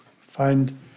find